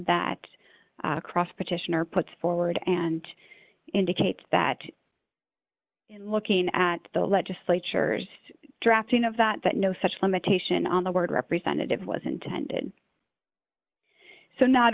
that across petition are put forward and indicate that in looking at the legislature's drafting of that that no such limitation on the word representative was intended so not